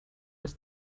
his